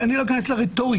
אני לא אכנס לרטוריקה,